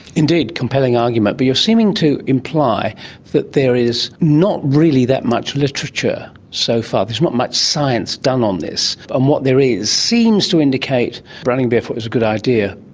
indeed, a compelling argument. but you're seeming to imply that there is not really that much literature so far, there's not much science done on this, and what there is seems to indicate running barefoot is a good idea,